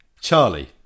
charlie